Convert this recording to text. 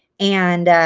and